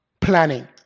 planning